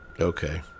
okay